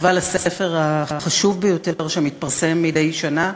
אבל הספר החשוב ביותר שמתפרסם מדי שנה,